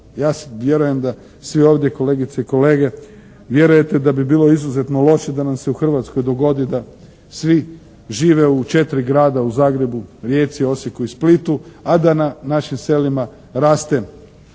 Ja vjerujem da svi ovdje kolegice i kolege vjerujete da bi bilo izuzetno loše da nam se u Hrvatskoj dogodi da svi žive u četiri grada u Zagrebu, Rijeci, Osijeku i Splitu, a da na našim selima raste